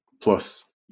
plus